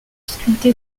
sculpté